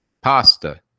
pasta